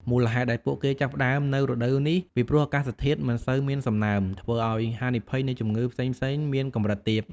មូលហេតុដែលពួកគេចាប់ផ្តើមនៅរដូវនេះ ពីព្រោះអាកាសធាតុមិនសូវមានសំណើម ធ្វើឲ្យហានិភ័យនៃជំងឺផ្សេងៗមានកម្រិតទាប។